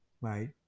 right